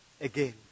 again